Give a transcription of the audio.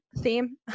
theme